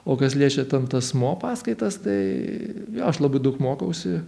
o kas liečia ten tas mo paskaitas tai aš labai daug mokausi